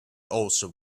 also